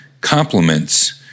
compliments